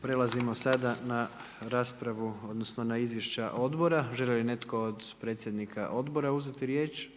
Prelazimo sada na izvješća odbora. Želi li netko od predsjednika odbora uzeti riječ?